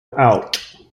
alt